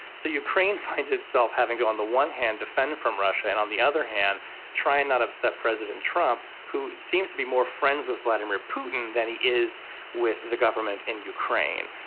so ukraine finds itself having go on the one hand defend from russia and on the other hand try and not upset president trump who seems to be more friends with vladimir putin than he is with the government in ukraine.